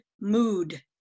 mood